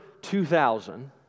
2000